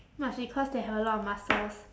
must be cause they have a lot of muscles